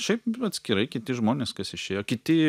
šiaip atskirai kiti žmonės kas išėjo kiti